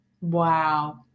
Wow